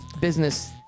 business